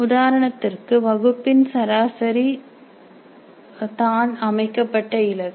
உதாரணத்திற்கு வகுப்பின் சராசரி தான் அமைக்கப்பட்ட இலக்கு